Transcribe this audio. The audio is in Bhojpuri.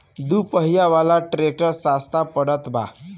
दू पहिया वाला ट्रैक्टर सस्ता पड़त बा